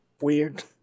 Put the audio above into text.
weird